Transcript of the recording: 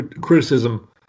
criticism